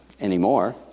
anymore